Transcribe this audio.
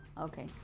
Okay